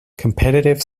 competitive